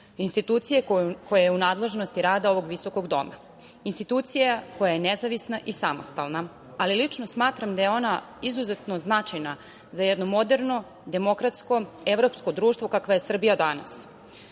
institucije koja je u nadležnosti rada ovog visokog doma. Institucija koja je nezavisna i samostalna. Lično smatram da je ona izuzetno značajna za jedno moderno, demokratsko, evropsko društvo kakva je Srbija danas.U